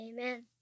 Amen